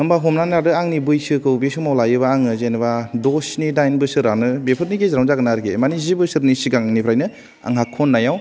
होमबा हमनानै लादो आंनि बैसोखौ बेसमाव लायोबा आंयो जेनावबा द' स्नि दाइन बोसोरानो बेफोरनि गेजेरावनो जागोन आरखि माने जि बोसोरनि सिगांनिफ्रायनो आंहा खननायाव इन्ट्रेस मोनबोदों आं